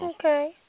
Okay